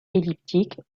elliptiques